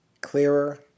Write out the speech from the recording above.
clearer